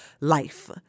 life